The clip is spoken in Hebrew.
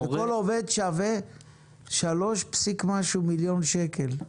כל עובד שווה 3 ומשהו מיליון שקל.